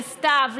לסתיו,